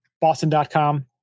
Boston.com